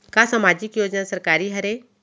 का सामाजिक योजना सरकारी हरे?